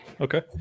Okay